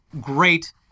great